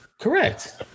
Correct